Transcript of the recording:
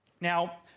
Now